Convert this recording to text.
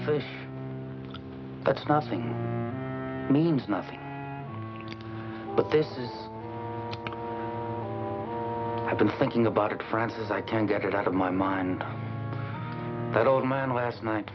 first that's nothing means nothing but this is i've been thinking about it francis i can't get it out of my mind that old man last night